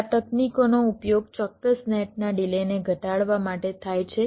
આ તકનીકોનો ઉપયોગ ચોક્કસ નેટના ડિલેને ઘટાડવા માટે થાય છે